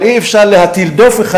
אבל אי-אפשר להטיל דופי,